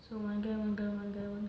so அங்க வந்து அங்க:anga vanthu anga